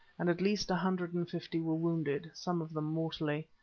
and at least a hundred and fifty were wounded, some of them mortally.